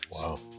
Wow